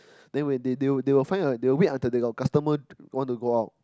they will they they they will find or they wait until the customer want to go out